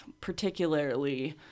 particularly